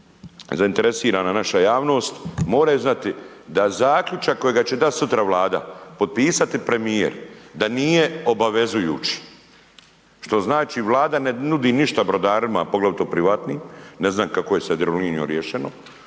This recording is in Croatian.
zainteresirana naša javnost, moraju znati da zaključak kojega će dat sutra Vlada, potpisati premijer, da nije obavezujući, što znači Vlada ne nudi ništa brodarima, poglavito privatnim, ne znam kako je sa Jadrolinijom riješeno,